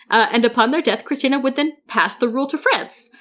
and upon their death, kristina would then pass the rule to france.